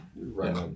Right